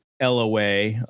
LOA